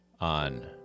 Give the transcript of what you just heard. on